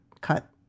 cut